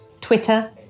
Twitter